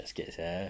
scared sia